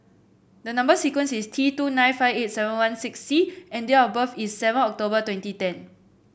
the number sequence is T two nine five eight seven one six C and date of birth is seven October twenty ten